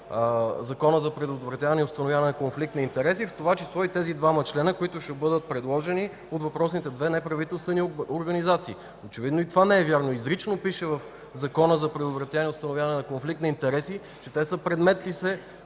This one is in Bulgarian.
Закона за предотвратяване и установяване на конфликт на интереси, в това число и двамата членове, които ще бъдат предложени от въпросните две неправителствени организации. И това обаче не е вярно. Изрично в Закона за предотвратяване и установяване на конфликт на интереси пише, че те са предмет и се